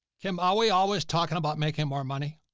kim, are we always talking about making more money?